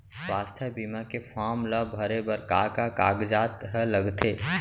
स्वास्थ्य बीमा के फॉर्म ल भरे बर का का कागजात ह लगथे?